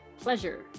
Pleasure